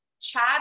Chad